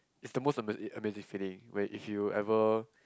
is the most ama~ amazing feeling when if you ever